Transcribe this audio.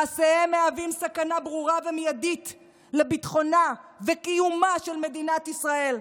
מעשיהם מהווים סכנה ברורה ומיידית לביטחונה וקיומה של מדינת ישראל.